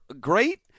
great